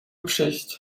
przyjść